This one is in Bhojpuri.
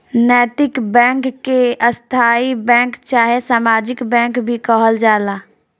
नैतिक बैंक के स्थायी बैंक चाहे सामाजिक बैंक भी कहल जाला